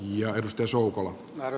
ja jos työsulku on määrä